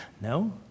no